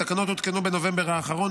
התקנות הותקנו בנובמבר האחרון,